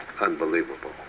unbelievable